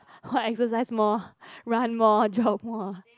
or exercise more run more jog more